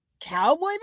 Cowboy